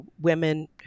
women